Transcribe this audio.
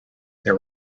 there